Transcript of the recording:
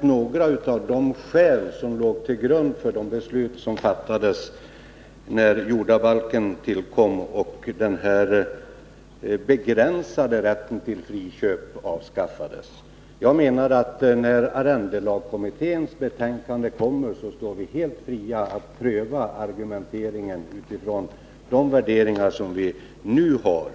några av de skäl som låg till grund för de beslut som fattades när jordabalken tillkom och den begränsade rätten till friköp avskaffades. När arrendelagskommitténs betänkande kommer står vi helt fria att pröva argumenteringen med utgångspunkt i de värderingar som vi nu har.